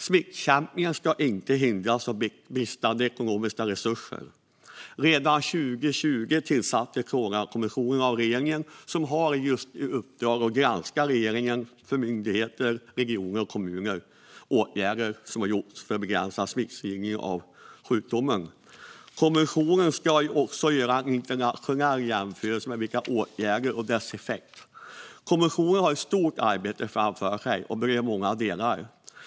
Smittbekämpningen ska inte hindras av bristande ekonomiska resurser. Redan 2020 tillsattes Coronakommissionen av regeringen, och den har i uppdrag att granska regeringens, myndigheters, regioners och kommuners åtgärder för att begränsa spridning av sjukdomen. Kommissionen ska också göra en internationell jämförelse av åtgärder och deras effekt. Kommissionen har ett stort arbete framför sig som berör många delar.